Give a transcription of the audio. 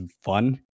fun